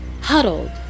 huddled